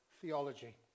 theology